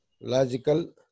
Logical